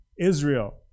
Israel